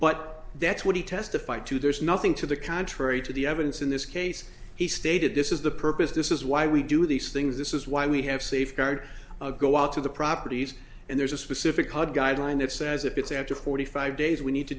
but that's what he testified to there's nothing to the contrary to the evidence in this case he stated this is the purpose this is why we do these things this is why we have safeguard go out to the properties and there's a specific law guideline that says if it's after forty five days we need to